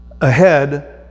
ahead